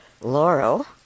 Laurel